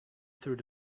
through